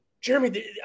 Jeremy